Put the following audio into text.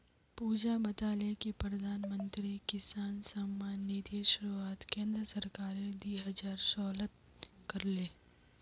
पुजा बताले कि प्रधानमंत्री किसान सम्मान निधिर शुरुआत केंद्र सरकार दी हजार सोलत कर ले